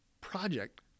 project